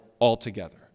altogether